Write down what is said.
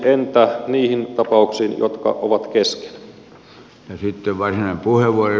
entä niihin tapauksiin jotka ovat kesken